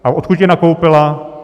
A odkud je nakoupila?